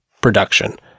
production